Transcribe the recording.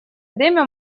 время